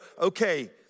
okay